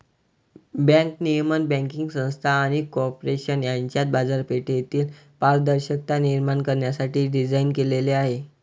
bank नियमन banking संस्था आणि कॉर्पोरेशन यांच्यात बाजारपेठेतील पारदर्शकता निर्माण करण्यासाठी डिझाइन केलेले आहे